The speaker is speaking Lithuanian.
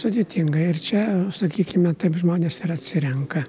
sudėtinga ir čia sakykime taip žmonės ir atsirenka